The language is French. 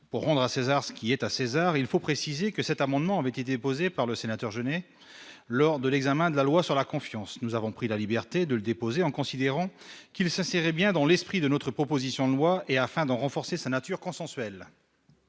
pour rendre à César ce qui est à César, il faut préciser que cet amendement avait été déposé par le sénateur gêné lors de l'examen de la loi sur la confiance, nous avons pris la liberté de le déposer en considérant qu'il s'insérer bien dans l'esprit de notre proposition de loi et afin de renforcer sa nature consensuelle.